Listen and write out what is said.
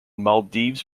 maldives